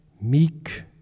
meek